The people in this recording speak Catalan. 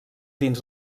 dins